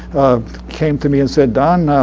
came to me and said, don,